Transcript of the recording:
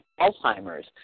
Alzheimer's